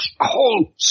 whole